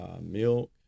milk